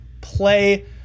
play